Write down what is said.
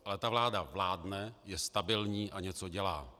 Ale ta vláda vládne, je stabilní a něco dělá.